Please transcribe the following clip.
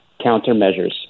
countermeasures